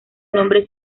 nombre